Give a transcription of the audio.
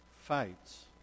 fights